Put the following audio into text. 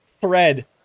thread